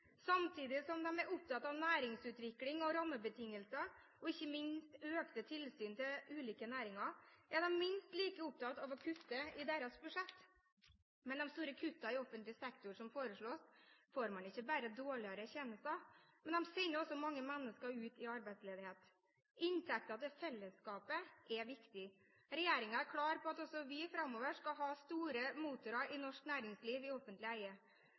Samtidig som de er opptatt av næringsutvikling og rammebetingelser, og ikke minst økte tilsyn til ulike næringer, er de minst like opptatt av å kutte i deres budsjett. Med de store kuttene i offentlig sektor som foreslås, får man ikke bare dårlige tjenester, de sender også mange mennesker ut i arbeidsledighet. Inntekter til fellesskapet er viktig. Regjeringen er klar på at også vi framover skal ha store motorer i norsk næringsliv i offentlig eie.